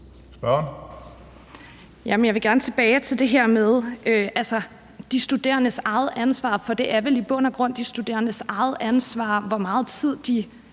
jeg vil gerne tilbage til det her med de studerendes ansvar, for det er vel i bund og grund de studerendes eget ansvar, hvor meget tid de